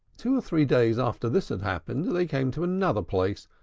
two or three days after this had happened, they came to another place,